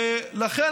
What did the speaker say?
לכן,